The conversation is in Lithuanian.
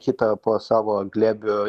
kitą po savo glėbiu